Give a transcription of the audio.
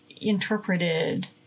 interpreted